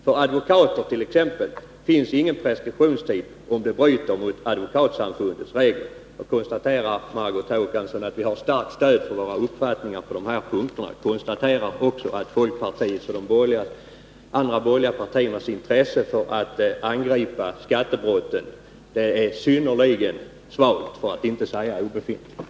För advokater t.ex. finns ingen preskriptionstid, om de bryter mot advokatsamfundets regler.” Jag noterar, Margot Håkanson, att vi har starkt stöd för våra uppfattningar på dessa punkter. Jag konstaterar också att folkpartiets och de andra borgerliga partiernas intresse för att angripa skattebrotten är synnerligen svagt, för att inte säga obefintligt.